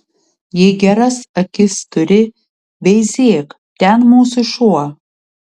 jei geras akis turi veizėk ten mūsų šuo